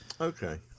Okay